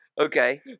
okay